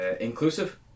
Inclusive